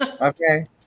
Okay